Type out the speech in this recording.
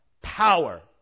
Power